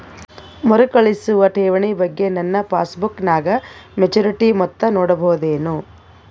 ಮರುಕಳಿಸುವ ಠೇವಣಿ ಬಗ್ಗೆ ನನ್ನ ಪಾಸ್ಬುಕ್ ನಾಗ ಮೆಚ್ಯೂರಿಟಿ ಮೊತ್ತ ನೋಡಬಹುದೆನು?